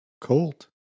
Colt